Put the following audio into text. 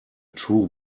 true